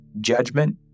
judgment